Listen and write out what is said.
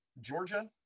Georgia